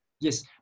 Yes